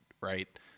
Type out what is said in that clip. Right